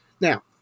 Now